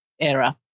era